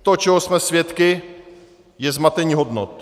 To, čeho jsme svědky, je zmatení hodnot.